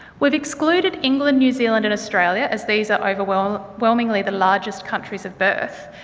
we have excluded england, new zealand and australia, as these are overwhelmingly overwhelmingly the largest countries of birth.